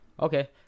Okay